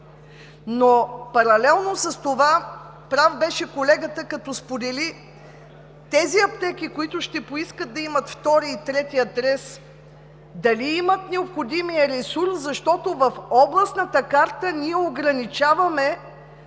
но паралелно с това – прав беше колегата, като сподели, че тези аптеки, които ще поискат да имат втори и трети адрес, дали имат необходимия ресурс, защото в Областната карта ние ограничаваме